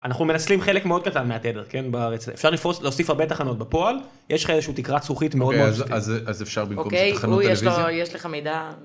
אנחנו מנצלים חלק מאוד קטן מהתדר כן בארץ. אפשר להוסיף הרבה תחנות. בפועל יש לך איזושהי תקרת זכוכית מאוד אז אפשר במקום זה תחנות טלוויזיה.